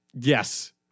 Yes